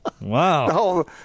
Wow